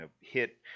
hit